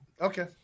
Okay